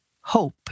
hope